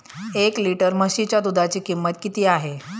एक लिटर म्हशीच्या दुधाची किंमत किती आहे?